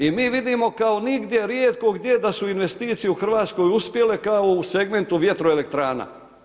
I mi vidimo kao nigdje rijetko gdje da su investicije u RH uspjele kao u segmentu vjetroelektrana.